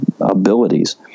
abilities